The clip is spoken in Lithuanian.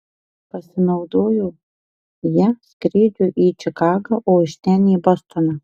pasinaudojo ja skrydžiui į čikagą o iš ten į bostoną